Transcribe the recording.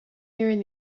nearing